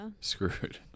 Screwed